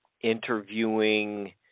interviewing